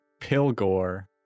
Pilgore